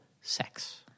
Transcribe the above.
sex